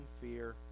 fear